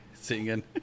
singing